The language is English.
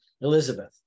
Elizabeth